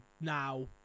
now